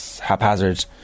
haphazard